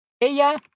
ella